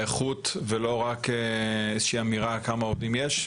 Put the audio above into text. האיכות ולא רק איזושהי אמירה כמה עובדים יש.